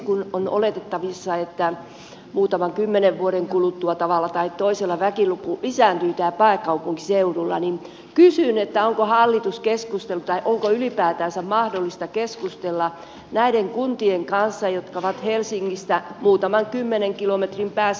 kun on oletettavissa että muutaman kymmenen vuoden kuluttua tavalla tai toisella väkiluku lisääntyy täällä pääkaupunkiseudulla niin kysyn onko hallitus keskustellut tai onko ylipäätänsä mahdollista keskustella näiden kuntien kanssa jotka ovat helsingistä muutaman kymmenen kilometrin päässä